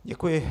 Děkuji.